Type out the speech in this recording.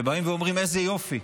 ובאים ואומרים: איזה יופי,